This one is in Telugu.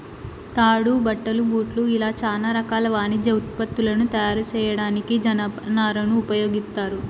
తాడు, బట్టలు, బూట్లు ఇలా చానా రకాల వాణిజ్య ఉత్పత్తులను తయారు చేయడానికి జనపనారను ఉపయోగిత్తారు